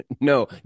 No